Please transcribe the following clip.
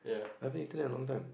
I haven't eaten that a long time